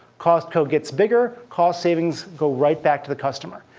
costco gets bigger, cost savings go right back to the customer.